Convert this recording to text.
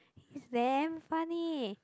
is damn funny